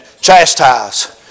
chastise